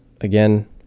again